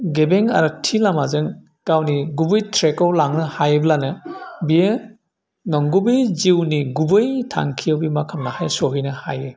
गेबें आरो थि लामाजों गावनि गुबै ट्रेकआव लानो हायोब्लानो बियो नंगुबै जिउनि गुबै थांखियाव बे मा खालानो हायो सहैनो हायो